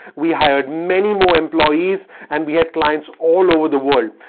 we hired many more employees and we had clients all over the world.